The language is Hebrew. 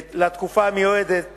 לתקופה המיועדת